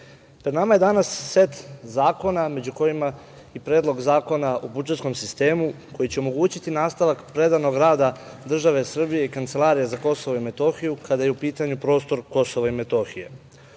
pred nama je danas set zakona među kojima je i Predlog zakona o budžetskom sistemu koji će omogućiti nastavak predanog rada države Srbije i Kancelarije za Kosovo i Metohiju kada je u pitanju prostor KiM.Ovakav